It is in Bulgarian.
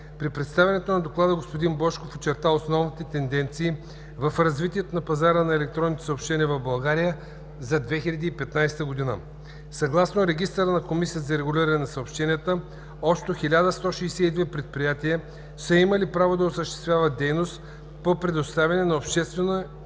При представянето на доклада господин Божков очерта основните тенденции в развитието на пазара на електронни съобщения в България за 2015 г. Съгласно регистъра на Комисията за регулиране на съобщенията общо 1162 предприятия са имали право да осъществяват дейност по предоставяне на обществени